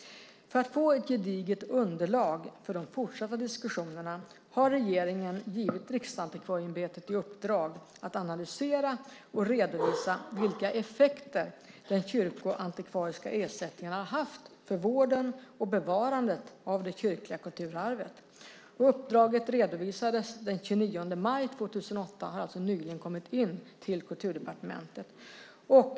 För att få ett gediget underlag för de fortsatta diskussionerna har regeringen givit Riksantikvarieämbetet i uppdrag att analysera och redovisa vilka effekter den kyrkoantikvariska ersättningen har haft för vården och bevarandet av det kyrkliga kulturarvet. Uppdraget redovisades den 29 maj 2008. Det har alltså nyligen kommit in till Kulturdepartementet.